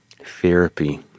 therapy